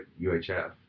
UHF